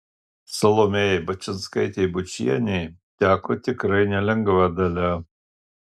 salomėjai bačinskaitei bučienei teko tikrai nelengva dalia